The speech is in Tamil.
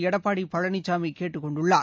எடப்பாடி பழனிசாமி கேட்டுக் கொண்டுள்ளார்